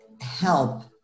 help